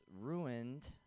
ruined